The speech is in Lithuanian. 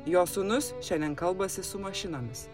jo sūnus šiandien kalbasi su mašinomis